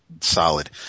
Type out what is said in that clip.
solid